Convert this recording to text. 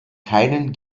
keinen